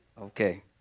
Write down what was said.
Okay